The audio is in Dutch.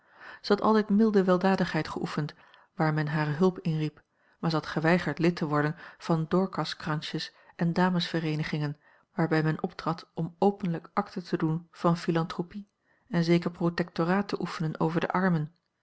had altijd milde weldadigheid geoefend waar men hare hulp inriep maar zij had geweigerd lid te worden van dorcas kransjes en damesvereenigingen waarbij men optrad om openlijk acte te doen van philantropie en zeker protectoraat te oefenen over de armen